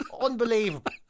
Unbelievable